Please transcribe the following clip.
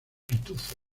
pitufo